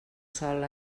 sol